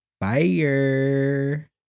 fire